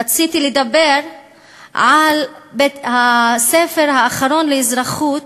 רציתי לדבר על הספר האחרון לאזרחות,